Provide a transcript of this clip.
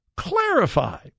clarify